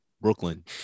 Brooklyn